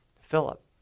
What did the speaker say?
Philip